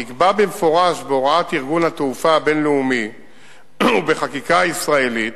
נקבע במפורש בהוראות ארגון התעופה הבין-לאומי ובחקיקה הישראלית,